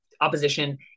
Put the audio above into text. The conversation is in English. opposition